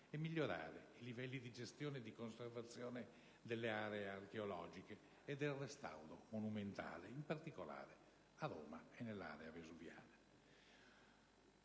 e migliorare i livelli di gestione e di conservazione delle aree archeologiche e del restauro monumentale, in particolare a Roma e nell'area vesuviana.